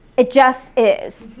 it just is.